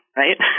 right